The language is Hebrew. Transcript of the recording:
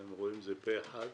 אתם רואים זה פה אחד.